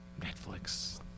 Netflix